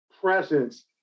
presence